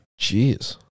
Jeez